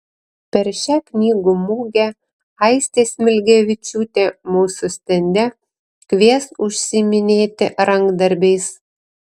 per šią knygų mugę aistė smilgevičiūtė mūsų stende kvies užsiiminėti rankdarbiais